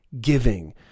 giving